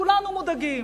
כולנו מודאגים,